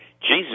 Jesus